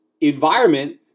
environment